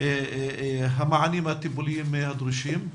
המענים הטיפוליים הדרושים,